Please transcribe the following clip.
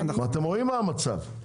אתם רואים מה המצב.